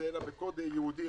אלא בקוד ייעודי.